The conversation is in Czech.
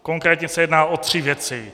Konkrétně se jedná o tři věci.